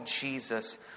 Jesus